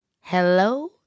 Hello